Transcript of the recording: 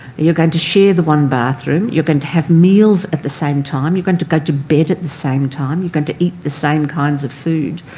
you're going to share the one bathroom. you've going to have meals at the same time. you're going to go to bed at the same time. you're going to eat the same kinds of food.